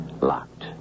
locked